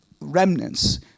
remnants